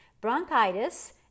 bronchitis